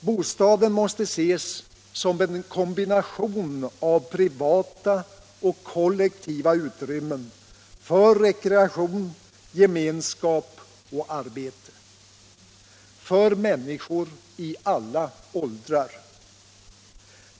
Bostaden måste ses som en kombination av privata och kollektiva utrymmen för rekreation, gemenskap och arbete för människor i alla åldrar.